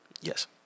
Yes